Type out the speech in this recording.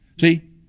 See